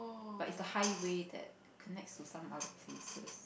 but if the highway that connects to some other places